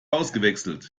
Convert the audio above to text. ausgewechselt